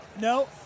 no